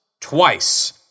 twice